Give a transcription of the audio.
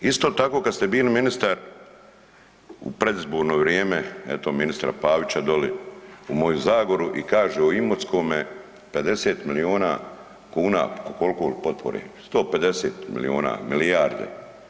Isto tako kad ste bili ministar u predizborno vrijeme, eto ministra Pavića doli u moju Zagoru i kaže u Imotskome 50 miliona kuna koliko li potpore, 150 miliona, milijarde.